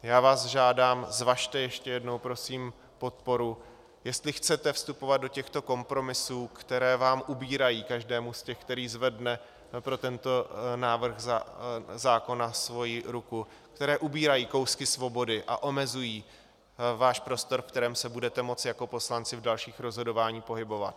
Já vás žádám, zvažte ještě jednou prosím podporu, jestli chcete vstupovat do těchto kompromisů, které vám ubírají, každému z těch, který zvedne pro tento návrh zákona ruku, které ubírají kousky svobody a omezují váš prostor, ve kterém se budete moct jako poslanci v dalších rozhodováních pohybovat.